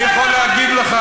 אני יכול להגיד לך רק,